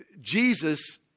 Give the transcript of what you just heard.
Jesus